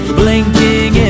blinking